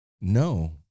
No